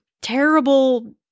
terrible